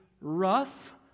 rough